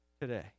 today